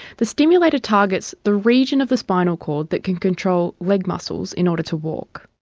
the stimulator targets the region of the spinal cord that can control leg muscles in order to walk.